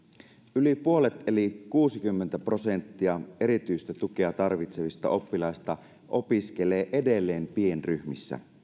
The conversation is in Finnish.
yli puolet eli kuusikymmentä prosenttia erityistä tukea tarvitsevista oppilaista opiskelee edelleen pienryhmissä